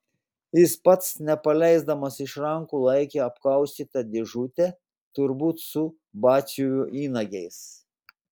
jis pats nepaleisdamas iš rankų laikė apkaustytą dėžutę turbūt su batsiuvio įnagiais